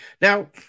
Now